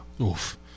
Oof